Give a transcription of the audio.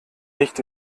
nicht